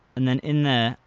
and then in there,